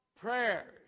prayers